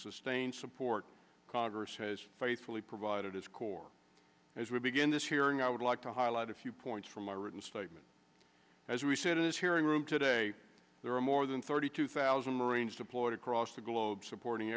sustained support congress has faithfully provided its core as we begin this hearing i would like to highlight a few points from my written statement as we said in this hearing room today there are more than thirty two thousand marines deployed across the globe supporting